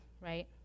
right